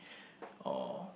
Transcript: !aww!